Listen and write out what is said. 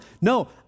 No